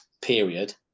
period